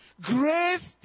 Grace